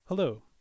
Hello